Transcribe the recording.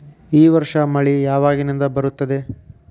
ಈ ವರ್ಷ ಮಳಿ ಯಾವಾಗಿನಿಂದ ಬರುತ್ತದೆ?